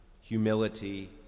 humility